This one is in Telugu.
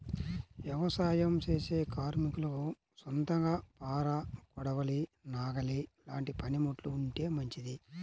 యవసాయం చేసే కార్మికులకు సొంతంగా పార, కొడవలి, నాగలి లాంటి పనిముట్లు ఉంటే మంచిది